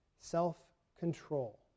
self-control